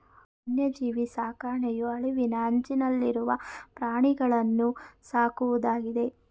ವನ್ಯಜೀವಿ ಸಾಕಣೆಯು ಅಳಿವಿನ ಅಂಚನಲ್ಲಿರುವ ಪ್ರಾಣಿಗಳನ್ನೂ ಸಾಕುವುದಾಗಿದೆ